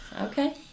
Okay